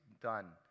done